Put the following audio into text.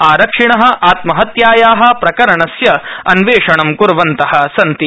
आरक्षिण आत्महत्याया प्रकरणस्यअन्वेषणं क्र्वन्त सन्ति